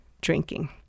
drinking